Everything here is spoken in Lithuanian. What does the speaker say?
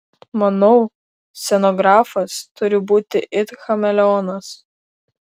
manau scenografas turi būti it chameleonas